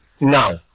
now